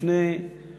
אמרתי לפני כשנתיים,